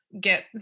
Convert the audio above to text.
get